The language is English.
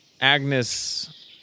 Agnes